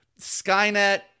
skynet